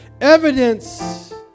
Evidence